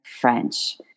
French